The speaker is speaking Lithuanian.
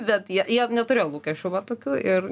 bet jie jie neturėjo lūkesčių man tokių ir